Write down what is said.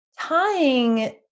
Tying